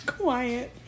quiet